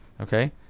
Okay